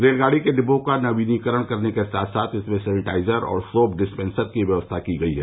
रेलगाड़ी के डिब्बों का नवीनीकरण करने के साथ साथ इसमें सेनिटाइजर और सोप डिस्पेंसर की व्यवस्था भी की गई है